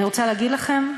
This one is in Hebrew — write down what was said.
אני רוצה להגיד לכם,